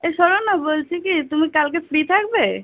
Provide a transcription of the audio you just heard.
এই শোনো না বলছি কি তুমি কালকে ফ্রি থাকবে